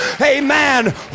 Amen